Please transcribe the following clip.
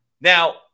Now